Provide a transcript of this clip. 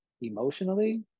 emotionally